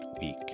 week